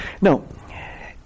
Now